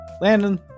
Landon